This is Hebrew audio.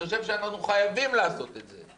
אני חושב שאנחנו חייבים לעשות את זה,